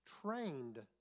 trained